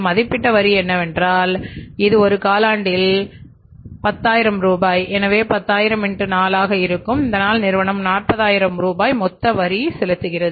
மதிப்பிடப்பட்ட வரி என்னவென்றால் இது ஒரு காலாண்டில் 10000 ரூபாய் எனவே 10000 x4 ஆக இருக்கும் இதனால் நிறுவனம் 40000 ரூபாய் மொத்த வரி செலுத்துகிறது